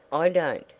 i don't,